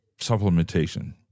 supplementation